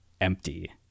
empty